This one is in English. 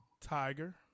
Tiger